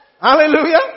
Hallelujah